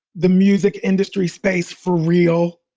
the music industry space for real.